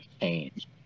Change